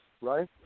right